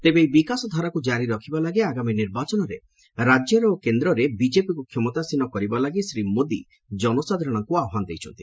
ତେବେ ଏହି ବିକାଶଧାରାକୁ ଜାରି ରଖିବା ଲାଗି ଆଗାମୀ ନିବାଚନରେ ରାଜ୍ୟରେ ଓ କେହ୍ରରେ ବିଜେପିକୁ କ୍ଷମତାସୀନ କରିବା ଲାଗି ଶ୍ରୀ ମୋଦି ଜନସାଧାରଣଙ୍କୁ ଆହ୍ୱାନ ଦେଇଛନ୍ତି